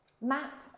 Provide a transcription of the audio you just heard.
map